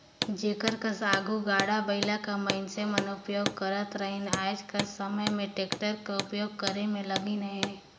जेकर कस आघु गाड़ा बइला कर मइनसे मन उपियोग करत रहिन आएज कर समे में टेक्टर कर उपियोग करे में लगिन अहें